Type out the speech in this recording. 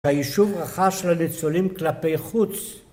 היישוב רכש לניצולים כלפי חוץ,